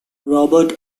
robert